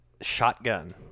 shotgun